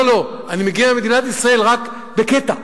לא, לא, אני מגן על מדינת ישראל רק בקטע אחר.